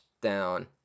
down